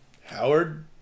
Howard